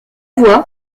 voix